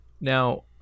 Now